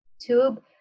tube